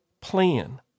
plan